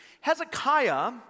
Hezekiah